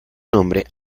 nombre